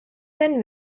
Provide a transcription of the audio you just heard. and